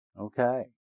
Okay